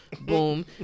boom